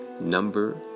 number